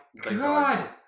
God